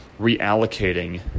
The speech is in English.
reallocating